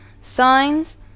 signs